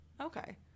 okay